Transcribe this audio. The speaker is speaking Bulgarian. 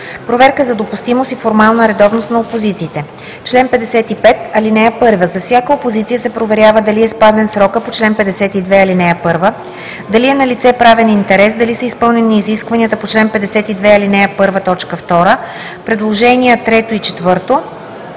„Проверка за допустимост и формална редовност на опозициите Чл. 55. (1) За всяка опозиция се проверява дали е спазен срокът по чл. 52, ал. 1, дали е налице правен интерес, дали са изпълнени изискванията по чл. 52, ал. 1, т. 2, предложения трето